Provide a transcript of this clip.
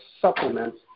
supplements